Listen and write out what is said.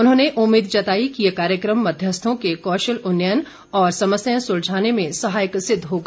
उन्होंने उम्मीद जताई कि ये कार्यक्रम मध्यस्थों के कौशल उन्नयन और समस्याएं सुलझाने में सहायक सिद्व होगा